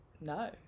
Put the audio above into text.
no